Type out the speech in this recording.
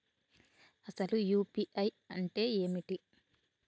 అసలు యూ.పీ.ఐ అంటే ఏమిటి?